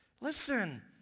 Listen